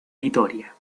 vitoria